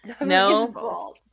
no